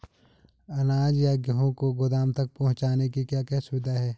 अनाज या गेहूँ को गोदाम तक पहुंचाने की क्या क्या सुविधा है?